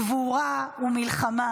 גבורה ומלחמה,